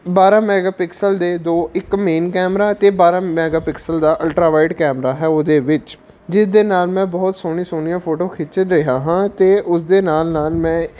ਬਾਰਾਂ ਮੈਗਾਪਿਕਸਲ ਦੇ ਦੋ ਇੱਕ ਮੇਨ ਕੈਮਰਾ ਅਤੇ ਬਾਰਾਂ ਮੈਗਾਪਿਕਸਲ ਦਾ ਅਲਟਰਾਵਾਇਲਟ ਕੈਮਰਾ ਹੈ ਉਹਦੇ ਵਿੱਚ ਜਿਸ ਦੇ ਨਾਲ਼ ਮੈਂ ਬਹੁਤ ਸੋਹਣੀਆਂ ਸੋਹਣੀਆਂ ਫੋਟੋ ਖਿੱਚ ਰਿਹਾ ਹਾਂ ਅਤੇ ਉਸਦੇ ਨਾਲ਼ ਨਾਲ਼ ਮੈਂ